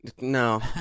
No